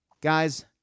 Guys